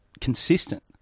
consistent